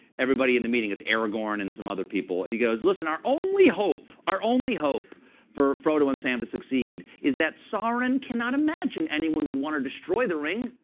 everybody in the meeting it's aragon and some other people. and he goes, listen, our only hope, our only hope for frodo and sam to succeed is that sauron cannot imagine anyone would want to destroy the ring.